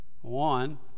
one